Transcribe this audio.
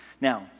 Now